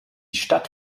stadt